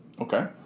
Okay